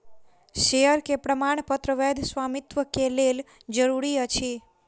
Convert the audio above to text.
share के प्रमाणपत्र वैध स्वामित्व के लेल जरूरी अछि